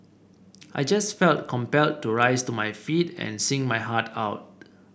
I just felt compelled to rise to my feet and sing my heart out